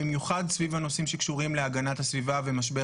במיוחד סביב הנושאים שקשורים להגנת הסביבה ומשבר